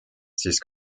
siis